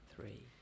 three